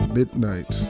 midnight